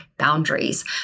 Boundaries